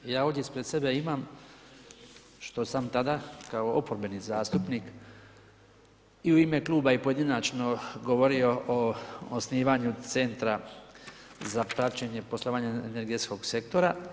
Ja ovdje ispred sebe imam što sam tada kao oporbeni zastupnik i u ime kluba i pojedinačno govorio o osnivanju centra, za praćenje poslovanje energetskog sektora.